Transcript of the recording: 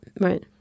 Right